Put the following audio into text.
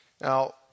Now